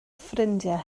ffrindiau